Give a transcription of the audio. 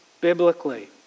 biblically